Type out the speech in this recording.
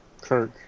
Kirk